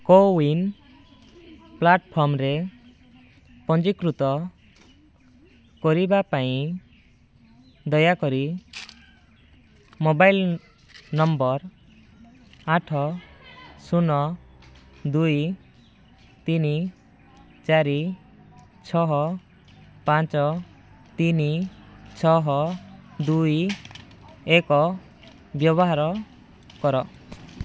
CoWIN ପ୍ଲାଟଫର୍ମରେ ପଞ୍ଜୀକୃତ କରିବା ପାଇଁ ଦୟାକରି ମୋବାଇଲ ନମ୍ବର ଆଠ ଶୂନ ଦୁଇ ତିନି ଚାରି ଛଅ ପାଞ୍ଚ ତିନି ଛଅ ଦୁଇ ଏକ ବ୍ୟବହାର କର